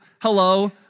hello